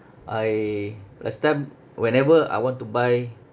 I last time whenever I want to buy